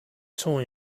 toy